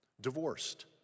divorced